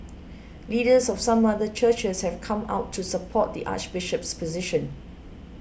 leaders of some other churches have come out to support the Archbishop's position